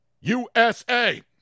usa